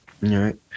right